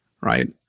Right